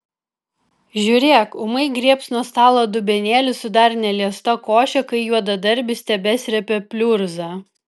žiūrėk ūmai griebs nuo stalo dubenėlį su dar neliesta koše kai juodadarbis tebesrebia pliurzą